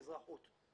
(מדבר בערבית).